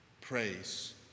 Praise